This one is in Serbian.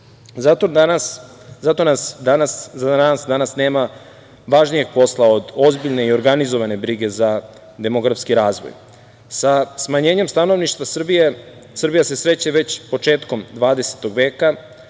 Zato za nas danas nema važnijeg posla od ozbiljne i organizovane brige za demografski razvoj. Sa smanjenjem stanovništva Srbija se sreće već početkom 20. veka,